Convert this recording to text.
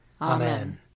Amen